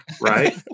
Right